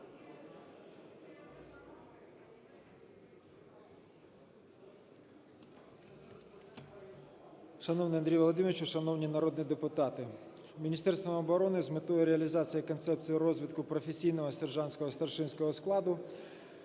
Шановний Андрію Володимировичу, шановні народні депутати, Міністерством оборони з метою реалізації Концепції розвитку професійного сержантського і старшинського складу